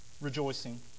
rejoicing